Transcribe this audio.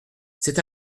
c’est